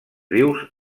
vius